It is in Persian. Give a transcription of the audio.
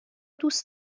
دوست